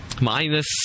Minus